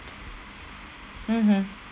mmhmm